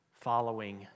following